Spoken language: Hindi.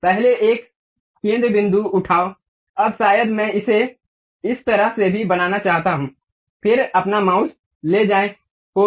पहले एक केंद्र बिंदु उठाओ अब शायद मैं इसे उस तरह से भी बनाना चाहता हूं फिर अपना माउस ले जाएं हो गया